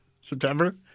September